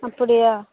அப்படியா